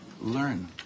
Learn